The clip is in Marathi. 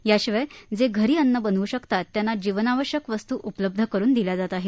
याशिवाय जे घरी अन्न बनव् शकतात त्यांना जीवनावश्यक वस्तू उपलब्ध करून दिल्या जात आहेत